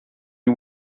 you